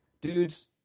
Dudes